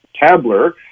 Tabler